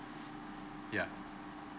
ya